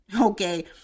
okay